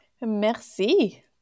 Merci